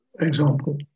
example